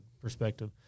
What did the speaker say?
perspective